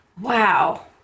Wow